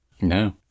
No